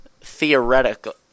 theoretical